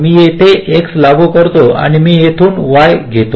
मी येथे X लागू करतो आणि मी येथून Y घेतो